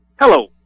Hello